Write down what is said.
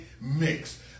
mix